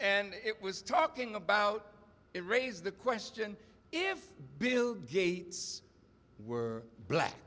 and it was talking about it raised the question if bill gates were black